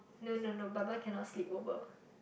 no no no Baba cannot sleep over